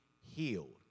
healed